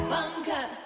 Bunker